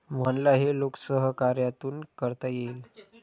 मोहनला हे लोकसहकार्यातून करता येईल